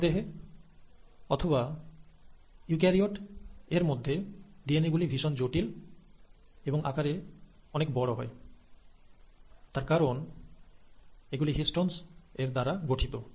মানবদেহে অথবা ইউক্যারিওট এর মধ্যে ডিএনএ গুলি বেশি জটিল এবং আকারে অনেক বড় হয় তার কারণ এগুলি হিষ্টনস এর দ্বারা গঠিত